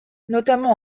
notamment